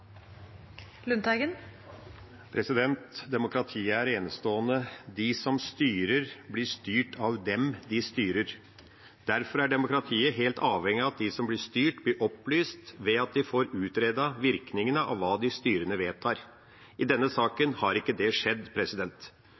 minutter. Demokratiet er enestående. De som styrer, blir styrt av dem de styrer. Derfor er demokratiet helt avhengig av at de som blir styrt, blir opplyst ved at vi får utredet virkningene av hva de styrende vedtar. I denne saken har ikke det skjedd.